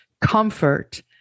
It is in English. Comfort